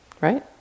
Right